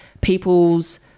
people's